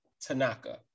Tanaka